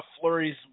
flurries